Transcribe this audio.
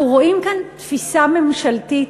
אנחנו רואים כאן תפיסה ממשלתית,